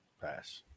Pass